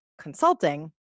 consulting